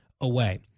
away